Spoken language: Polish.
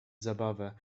zabawę